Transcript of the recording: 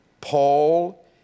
Paul